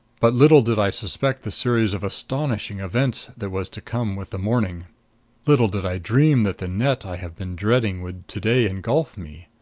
but little did i suspect the series of astonishing events that was to come with the morning little did i dream that the net i have been dreading would to-day engulf me.